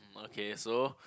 okay so